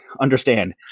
understand